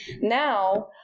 Now